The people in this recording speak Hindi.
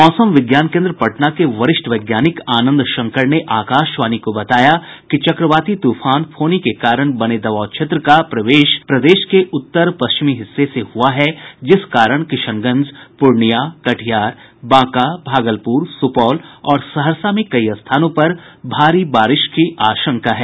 मौसम विज्ञान केन्द्र पटना के वरिष्ठ वैज्ञानिक आनंद शंकर ने आकाशवाणी को बताया कि चक्रवाती तूफान फोनी के कारण बने दबाव क्षेत्र का प्रवेश प्रदेश के उत्तर पश्चिमी हिस्से से है जिस कारण किशनगंज पूर्णियां कटिहार बांका भागलपुर सुपौल और सहरसा में कई स्थानों पर भारी बारिश की आशंका है